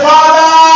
Father